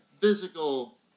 physical